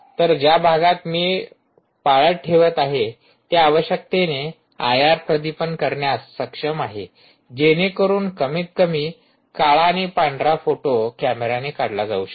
तर ज्या भागात मी पाळत ठेवत आहे ते आवश्यकतेने आयआर प्रदीपन करण्यास सक्षम आहे जेणेकरून कमीत कमी काळा आणि पांढरा फोटो कॅमेऱ्याने काढला जाऊ शकेल